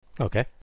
Okay